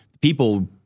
People